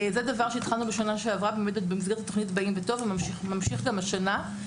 זה דבר שהתחלנו בשנה שעברה במסגרת תוכנית "באים בטוב" וממשיך גם השנה.